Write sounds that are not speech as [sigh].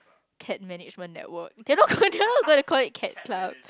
cat management network they're not gonna [laughs] they're not gonna call it cat club